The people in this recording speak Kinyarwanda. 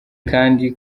kandi